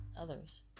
others